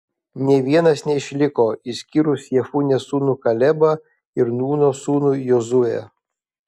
nė vienas neišliko išskyrus jefunės sūnų kalebą ir nūno sūnų jozuę